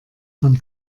von